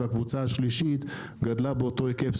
הקבוצה השלישית גדלה באותו היקף,